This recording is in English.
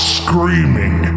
screaming